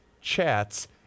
chats